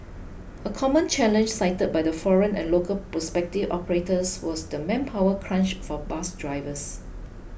a common challenge cited by the foreign and local prospective operators was the manpower crunch for bus drivers